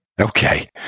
Okay